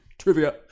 trivia